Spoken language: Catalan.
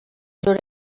llur